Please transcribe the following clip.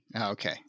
okay